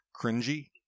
cringy